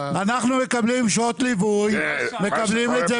אנחנו מקבלים שעות ליווי בכסף.